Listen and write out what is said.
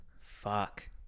Fuck